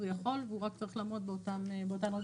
אז הוא יכול והוא רק צריך לעמוד באותן רגולציות.